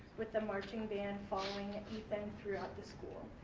with the marching band following ethan throughout the school.